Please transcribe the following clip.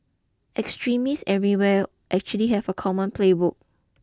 extremists everywhere actually have a common playbook